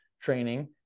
training